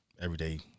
everyday